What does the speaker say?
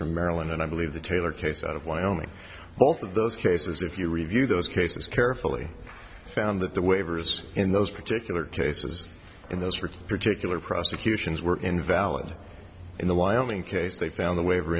from maryland and i believe the taylor case out of wyoming both of those cases if you review those cases carefully found that the waivers in those particular cases and those for particular prosecutions were invalid in the wyoming case they found the waiver